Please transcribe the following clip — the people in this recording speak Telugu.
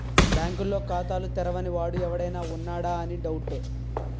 బాంకుల్లో ఖాతాలు తెరవని వాడు ఎవడైనా ఉన్నాడా అని డౌటు